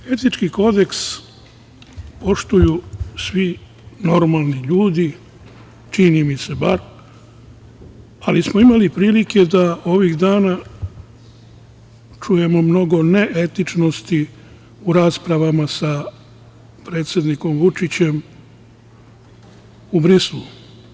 Etički kodeks poštuju svi normalni ljudi, čini mi se bar, ali smo imali prilike da ovih dana čujemo mnogo neetičnosti u raspravama sa predsednikom Vučićem u Briselu.